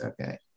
Okay